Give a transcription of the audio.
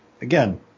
again